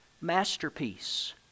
masterpiece